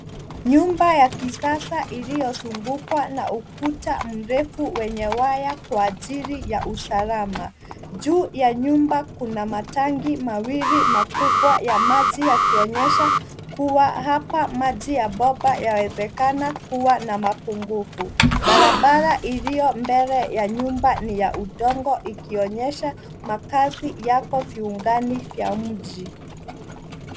Nyumba ya kisasa iliyozungukwa na ukuta mrefu wenye waya kwa ajili ya usalama. Juu ya nyumba kuna matangi mawili makubwa ya maji yakionyesha kuwa hapa maji ya bomba yawezekana kuwa na mapungufu. Barabara iliyo mbele ya nyumba ni ya udongo ikionyesha makazi yako viungani vya mji.